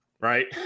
right